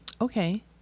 Okay